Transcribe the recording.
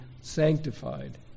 sanctified